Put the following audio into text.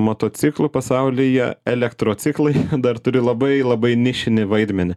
motociklų pasaulyje elektrociklai dar turi labai labai nišinį vaidmenį